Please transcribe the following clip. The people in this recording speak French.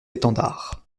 étendard